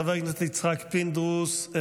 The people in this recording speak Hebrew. חבר הכנסת יצחק פינדרוס,